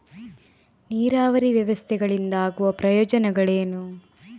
ನೀರಾವರಿ ವ್ಯವಸ್ಥೆಗಳಿಂದ ಆಗುವ ಪ್ರಯೋಜನಗಳೇನು?